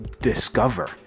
discover